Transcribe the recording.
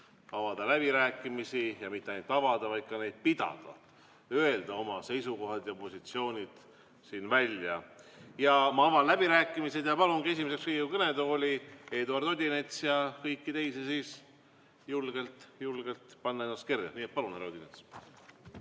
avada läbirääkimised. Ja mitte ainult avada, vaid ka neid pidada, öelda oma seisukohad ja positsioonid siin välja. Ma avan läbirääkimised ja palun esimeseks Riigikogu kõnetooli Eduard Odinetsi. Ja kõiki teisi palun julgelt-julgelt panna ennast kirja. Palun, härra Odinets!